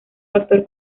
factor